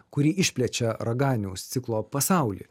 kuri išplečia raganiaus ciklo pasaulį